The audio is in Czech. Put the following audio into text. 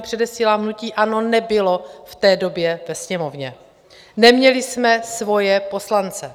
Předesílám, že hnutí ANO nebylo v té době ve Sněmovně, neměli jsme svoje poslance.